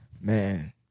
man